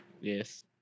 Yes